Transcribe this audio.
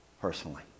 personally